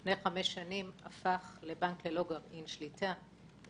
הפך לפני חמש שנים ללא גרעין שליטה,